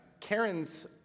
Karen's